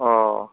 अ